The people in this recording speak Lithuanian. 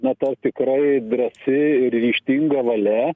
na ta tikrai drąsi ir ryžtinga valia